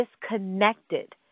disconnected